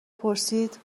پرسید